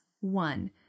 one